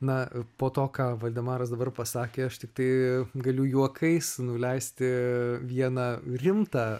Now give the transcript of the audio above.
na po to ką valdemaras dabar pasakė aš tiktai galiu juokais nuleisti vieną rimtą